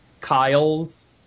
Kyle's